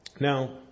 Now